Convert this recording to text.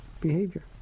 behavior